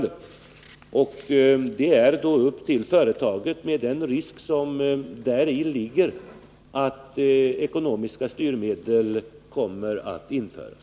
Detta är en fråga för företaget att bedöma, varvid man har att ta hänsyn till den risk som ligger i att ekonomiska styrmedel kan komma att införas.